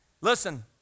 Listen